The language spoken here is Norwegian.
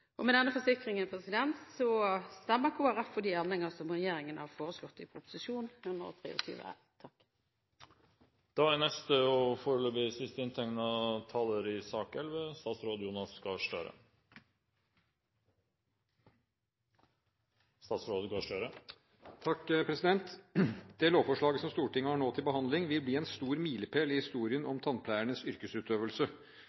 dette. Med denne forsikringen stemmer Kristelig Folkeparti for de endringer som regjeringen har foreslått i Prp. 123 L for 2011–2012. Det lovforslaget Stortinget nå har til behandling, vil bli en stor milepæl i historien